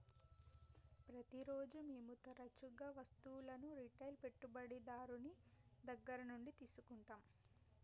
ప్రతిరోజు మేము తరచుగా వస్తువులను రిటైల్ పెట్టుబడిదారుని దగ్గర నుండి తీసుకుంటాం